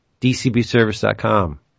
DCBService.com